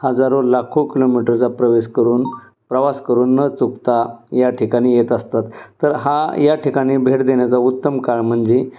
हजारो लाखो किलोमीटरचा प्रवेश करून प्रवास करून न चुकता या ठिकाणी येत असतात तर हा या ठिकाणी भेट देण्याचा उत्तम काळ म्हणजे